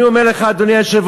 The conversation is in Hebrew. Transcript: אני אומר לך, אדוני היושב-ראש,